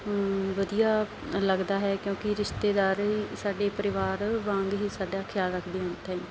ਵਧੀਆ ਲੱਗਦਾ ਹੈ ਕਿਉਂਕਿ ਰਿਸ਼ਤੇਦਾਰ ਹੀ ਸਾਡੇ ਪਰਿਵਾਰ ਵਾਂਗ ਹੀ ਸਾਡਾ ਖਿਆਲ ਰੱਖਦੇ ਹਨ ਥੈਂਕ